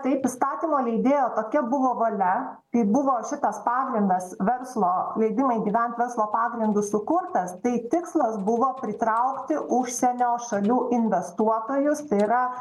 taip įstatymo leidėjo tokia buvo valia kai buvo šitas pagrindas verslo leidimai gyvent verslo pagrindu sukurtas tai tikslas buvo pritraukti užsienio šalių investuotojus tai yra